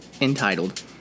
entitled